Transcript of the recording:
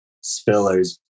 Spiller's